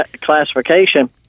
classification